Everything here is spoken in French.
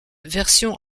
version